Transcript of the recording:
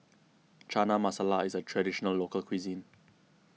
Chana Masala is a Traditional Local Cuisine